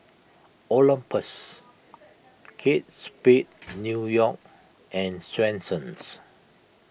Olympus Kate Spade New York and Swensens